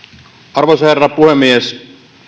arvoisa herra puhemies